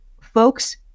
folks